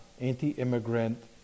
anti-immigrant